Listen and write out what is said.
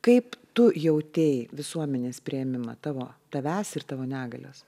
kaip tu jautei visuomenės priėmimą tavo tavęs ir tavo negalios